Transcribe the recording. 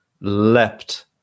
leapt